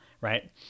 right